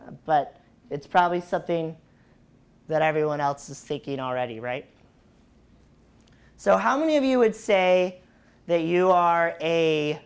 but it's probably something that everyone else is seeking already right so how many of you would say that you are a